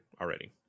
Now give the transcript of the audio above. already